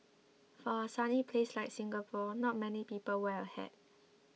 for a sunny place like Singapore not many people wear a hat